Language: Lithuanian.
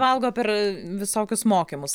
valgo per visokius mokymus